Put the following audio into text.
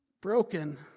broken